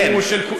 כן.